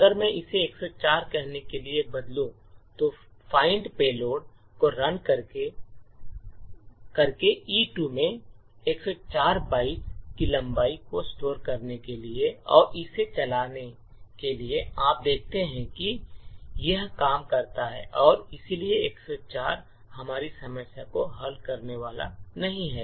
अगर मैं इसे 104 कहने के लिए बदलूं तो find payload को रन करें E2 में 104 बाइट की लंबाई को स्टोर करने के लिए और इसे चलाएं आप देखते हैं कि यह काम करता है इसलिए 104 हमारी समस्या को हल करने वाला नहीं है